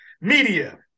media